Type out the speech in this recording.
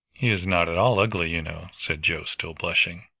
he is not at all ugly, you know, said joe, still blushing.